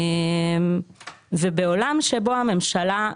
ובעולם שבו הממשלה,